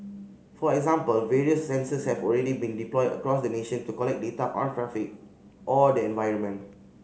for example various sensors have already been deployed across the nation to collect data on traffic or the environment